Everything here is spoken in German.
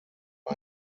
war